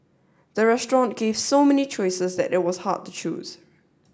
the restaurant gave so many choices that it was hard to choose